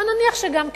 אבל נניח שגם כן.